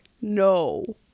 No